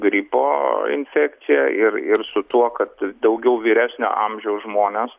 gripo infekcija ir ir su tuo kad daugiau vyresnio amžiaus žmonės